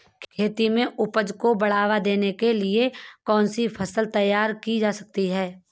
खेती में उपज को बढ़ावा देने के लिए कौन सी फसल तैयार की जा सकती है?